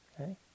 okay